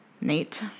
Nate